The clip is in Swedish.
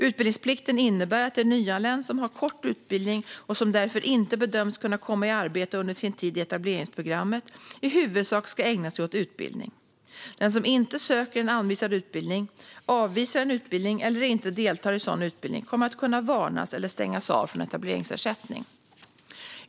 Utbildningsplikten innebär att en nyanländ som har kort utbildning, och som därför inte bedöms kunna komma i arbete under sin tid i etableringsprogrammet, i huvudsak ska ägna sig åt utbildning. Den som inte söker en anvisad utbildning, avvisar en utbildning eller inte deltar i sådan utbildning kommer att kunna varnas eller stängas av från etableringsersättning.